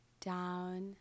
down